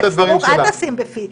אל תשים מילים בפי.